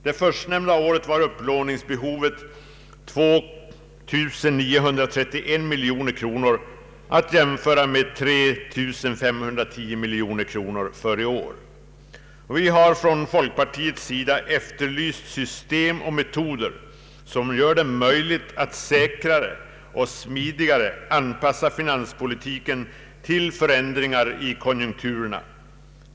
Det förstnämnda året var upplåningsbehovet 2931 miljoner kronor, vilket kan jämföras med 3 510 miljoner kronor för i år. Vi har från folkpartiets sida efterlyst system och metoder som gör det möjligt att säkrare och smidigare anpassa finanspolitiken till förändringar i konjunkturerna.